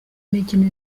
mikino